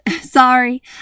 sorry